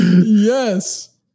Yes